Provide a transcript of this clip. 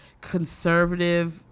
conservative